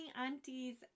Aunties